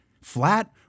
Flat